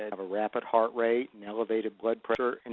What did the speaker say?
a rapid heart rate, an elevated blood pressure, and